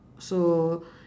so